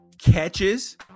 catches